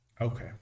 okay